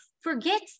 forget